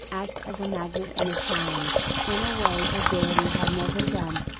act as a magnet and a challenge, in a way her gaiety had never done.